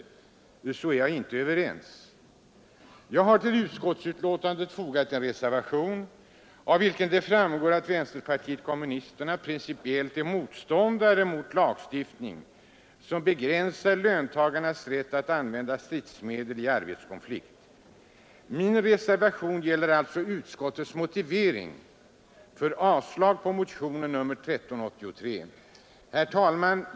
Jag har till utskottsbetänkandet fogat en reservation, av vilken det framgår att vänsterpartiet kommunisterna principiellt är motståndare mot lagstiftning som begränsar löntagarnas rätt att använda stridsmedel vid arbetskonflikt. Min reservation gäller alltså utskottets motivering för avslag på motionen 1383. Herr talman!